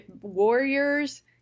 warriors